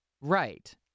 right